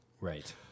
Right